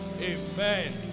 Amen